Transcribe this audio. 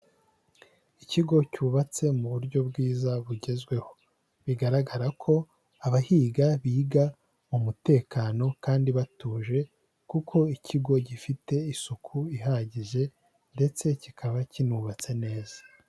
Ikigo cyubatse mu buryo bwiza bugezweho, bigaragara ko abahiga biga mu mutekano kandi batuje kuko ikigo gifite isuku ihagije ndetse kikaba kinubatse neza.